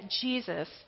Jesus